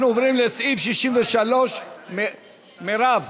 אנחנו עוברים לסעיף 3. מרב.